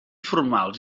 formals